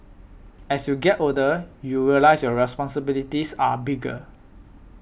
as you get older you realise your responsibilities are bigger